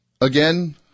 Again